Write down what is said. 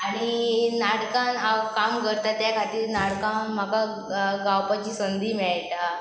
आनी नाटकान हांव काम करता त्या खातीर नाटकां म्हाका गावपाची संद्धी मेळटा